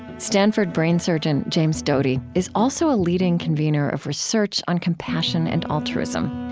stanford brain surgeon james doty is also a leading convener of research on compassion and altruism.